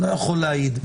אני לא יכול להעיד,